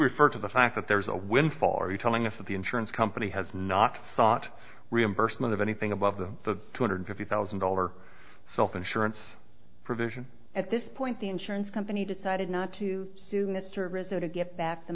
refer to the fact that there is a win for you telling us that the insurance company has not thought reimbursement of anything above the two hundred fifty thousand dollar self assurance provision at this point the insurance company decided not to sue mr rizzo to give back the